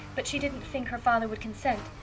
but she didn't think her father would consent.